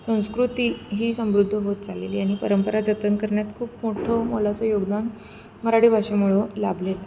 संस्कृती ही समृद्ध होत चालेली आणि परंपरा जतन करण्यात खूप मोठं मोलाचं योगदान मराठी भाषेमुळं लाभलेत